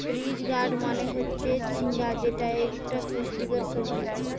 ridge gourd মানে হচ্ছে ঝিঙ্গা যেটা একটা পুষ্টিকর সবজি